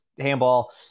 handball